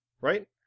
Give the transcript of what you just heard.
right